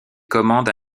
commande